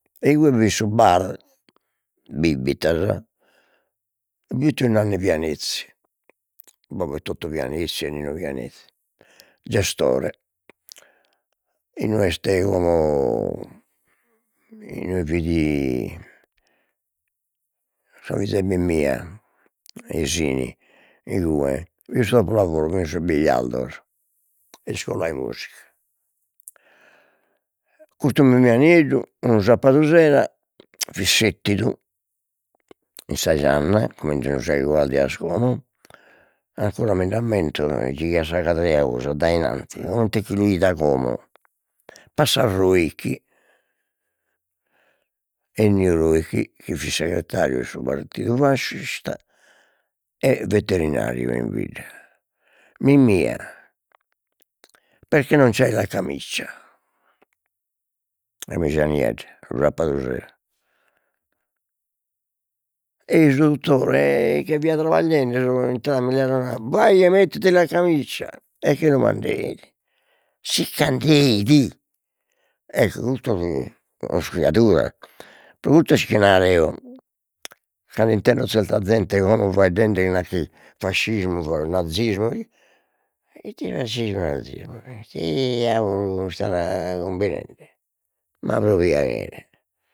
E igue bi fit su bar, bibitas bi fit tiu Nanni Pianezzi, su babbu 'e Toto Pianezzi e Nino Pianezzi, gestore, inue est como inue fidi sa fiza 'e Mimmia 'e Sini, igue in su dopolavoro bi fin sos billiardos e s'iscola 'e musica, custu Mimmia Nieddu unu sapadu sera fit settidu in sa gianna, comente sun sas guardias como ancora mind'ammento, gighiat sa cadrea 'osi addainanti, comente chi lu 'ida como, passa Roich, Ennio Roich chi fit segretariu 'e su paltidu fascista, e veterinariu in bidda, Mimmia perché non c'hai la camicia, camija niedda su sapadu sera, ei su duttore e che fiat trabagliende so 'intradu a mi leare una, vai e mettiti la camicia, e che lu mandeit, sicch'andeit, ecco custu fit criaduras, pro custu est su chi nar'eo, cando intendo zerta zente como faeddende chi nachi fascismu, nazismu, i- ite fascismu nazismu e ite diaulu istan cumbinende, ma pro piaghere.